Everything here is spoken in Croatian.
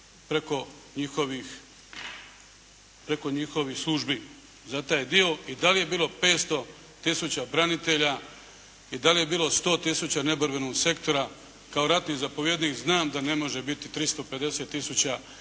preko njihovih službi. Za taj je dio i dalje bilo 500 tisuća branitelja, i dalje je bilo 100 tisuće neborbenog sektora, kao ratni zapovjednik, znam da ne može biti 350 tisuća